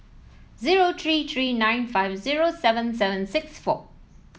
zero three three nine five zero seven seven six four